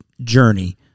journey